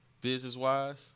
business-wise